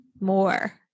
more